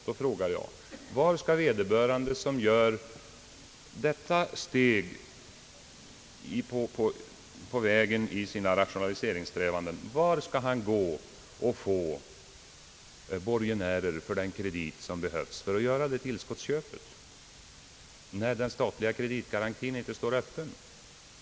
Då frågar jag: Vart skall vederbörande jordbrukare, som tar detta steg på vägen i sina rationaliseringssträvanden, gå för att få borgenärer till den kredit som behövs för att göra kompletteringsköpet, när den statliga kreditgarantimöjligheten inte står öppen?